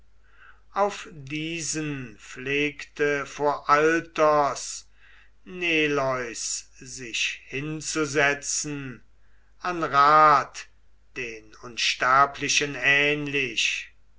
auf diesen pflegte vor alters neleus sich hinzusetzen an rat den unsterblichen ähnlich